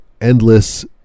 endless